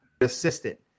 assistant